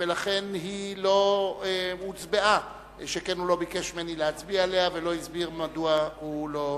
שכן הוא לא ביקש ממני להצביע עליה והוא לא הסביר מדוע הוא לא נוכח.